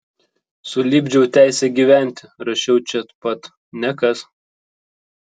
sulipdžiau teisę gyventi rašiau čia pat nekas